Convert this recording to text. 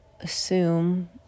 assume